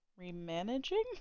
Remanaging